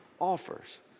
offers